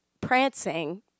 Prancing